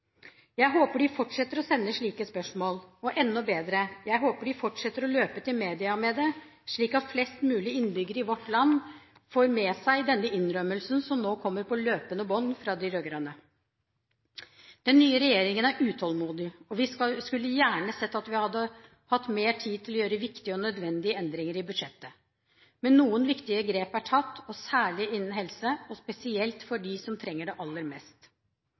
Jeg håper de fortsetter å sende slike spørsmål, og enda bedre – jeg håper de fortsetter å løpe til media med det, slik at flest mulig innbyggere i vårt land får med seg disse innrømmelsene som nå kommer på løpende bånd fra de rød-grønne. Den nye regjeringen er utålmodig, og vi skulle gjerne sett at vi hadde hatt mer tid til å gjøre viktige og nødvendige endringer i budsjettet. Men noen viktige grep er tatt, særlig innen helse, og spesielt for dem som trenger det aller mest.